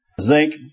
zinc